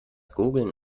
gurgeln